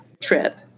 trip